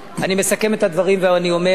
אני מסכם את הדברים ואני אומר: